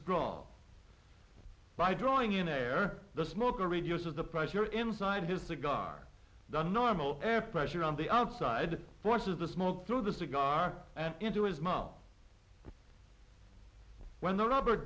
sprawl by drawing in air the smoker reduces the pressure inside his the gong the normal air pressure on the outside forces the smoke through the cigar and into his mouth when the